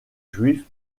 juifs